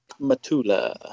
Matula